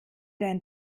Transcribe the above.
dein